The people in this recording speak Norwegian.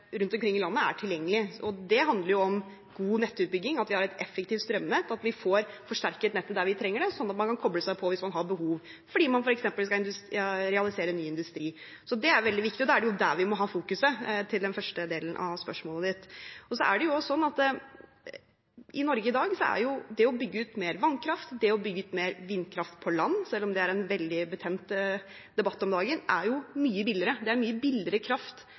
rundt omkring i landet, er tilgjengelig. Det handler om god nettutbygging, at vi har et effektivt strømnett, at vi får forsterket nettet der vi trenger det, sånn at man kan koble seg på hvis man har behov, f.eks. fordi man skal realisere ny industri. Så det er veldig viktig, og da er det det man må fokusere på. Så er det sånn at i Norge i dag er det å bygge ut mer vannkraft, det å bygge ut mer vindkraft på land – selv om det er en veldig betent debatt om dagen – mye billigere. Det er mye billigere kraft